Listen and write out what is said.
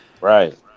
Right